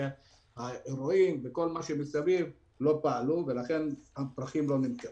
אולמות האירועים וכל מה שמסביב לא פעלו ולכן הפרחים לא נמכרו.